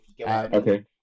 okay